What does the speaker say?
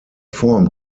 form